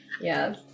Yes